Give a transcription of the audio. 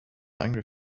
angry